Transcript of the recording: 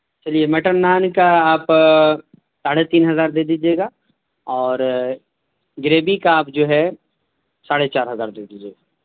چلیے مٹن نان کا آپ ساڑھے تین ہزار دے دیجیے گا اور گریوی کا آپ جو ہے ساڑھے چار ہزار دے دیجیے گا